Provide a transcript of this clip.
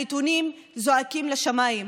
הנתונים זועקים לשמיים.